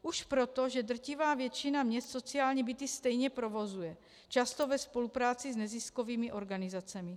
Už proto, že drtivá většina měst sociální byty stejně provozuje, často ve spolupráci s neziskovými organizacemi.